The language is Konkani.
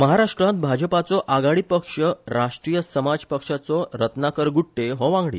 महाराष्ट्रांत भाजपाचो आघाडी पक्ष राष्ट्रीय समाज पक्षाचो रत्नाकर गुट्टे हो वांगडी